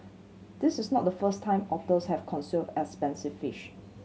this is not the first time otters have consumed expensive fish